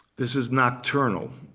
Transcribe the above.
this is nocturnal.